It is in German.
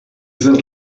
sind